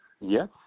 Yes